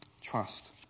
Trust